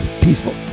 peaceful